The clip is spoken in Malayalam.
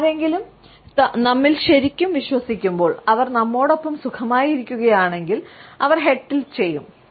ആരെങ്കിലും നമ്മിൽ ശരിക്കും വിശ്വസിക്കുമ്പോൾ അവർ നമ്മോടൊപ്പം സുഖമായിരിക്കുകയാണെങ്കിൽ അവർ ഹെഡ് ടിൽറ്റ് ചെയ്യും